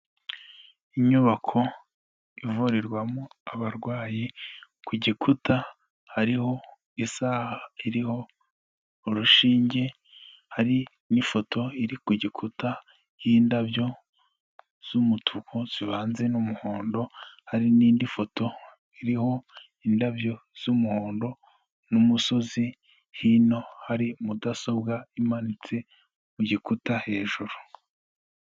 Inyubako ivurirwamo abarwayi, ku gikuta hariho isaha iriho urushinge, hari n'ifoto iri ku gikuta y'indabyo z'umutuku zivanze n'umuhondo, hari n'indi foto iriho indabyo z'umuhondo n'umusozi, hino hari mudasobwa imanitse mu gikuta hejuru.